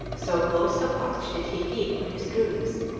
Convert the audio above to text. so close a watch did he keep on his crews.